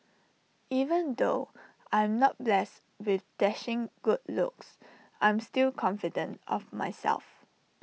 even though I'm not blessed with dashing good looks I am still confident of myself